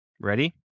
ready